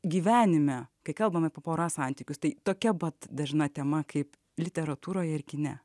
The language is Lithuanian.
gyvenime kai kalbam apie poros santykius tai tokia pat dažna tema kaip literatūroje ir kine